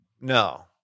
No